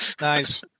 Nice